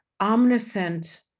omniscient